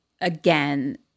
again